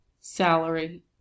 salary